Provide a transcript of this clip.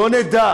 לא נדע